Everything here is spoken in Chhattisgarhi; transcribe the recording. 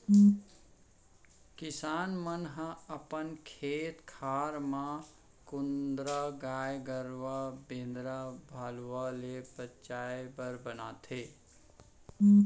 किसान मन ह अपन खेत खार म कुंदरा गाय गरूवा बेंदरा भलुवा ले बचाय बर बनाथे